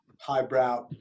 highbrow